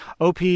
OP